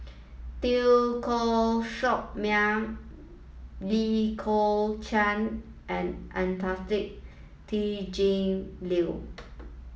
Teo Koh Sock Miang Lee Kong Chian and Anastasia T J Liew